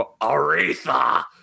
Aretha